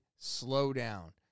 slowdown